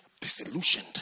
disillusioned